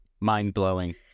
Mind-blowing